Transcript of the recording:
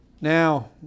Now